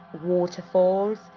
waterfalls